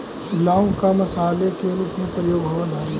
लौंग का मसाले के रूप में प्रयोग होवअ हई